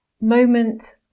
moment